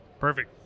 Perfect